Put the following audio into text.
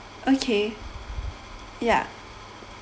okay ya